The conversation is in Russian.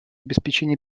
обеспечение